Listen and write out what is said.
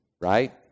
right